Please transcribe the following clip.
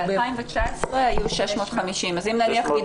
ב-2019 היו 650 נשים.